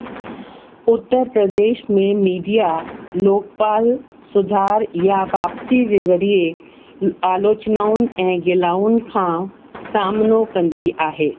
उत्तर प्रदेश में मीडिया लोकपाल सुधार या वापसी जे ज़रिए आलोचनाउनि ऐं गिलाउनि खां सामनो कंदी आहे